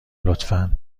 لطفا